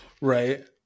Right